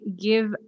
give